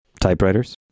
Typewriters